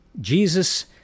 Jesus